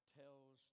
tells